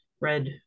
red